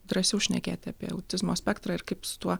drąsiau šnekėti apie autizmo spektrą ir kaip su tuo